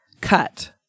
cut